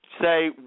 say